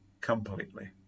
completely